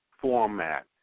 format